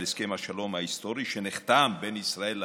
הסכם השלום ההיסטורי שנחתם בין ישראל לאמירויות.